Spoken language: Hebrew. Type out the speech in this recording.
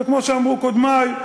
וכמו שאמרו קודמי,